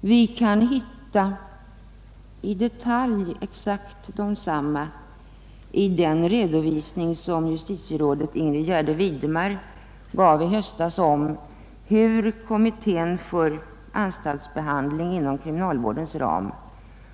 Vi kan hitta exakt dessa förslag i den redovisning som justitierådet Ingrid Gärde Widemar gav i höstas av de förslag som kommittén för anstaltsbehandling inom kriminalvårdens ram